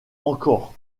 encore